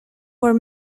were